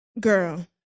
Girl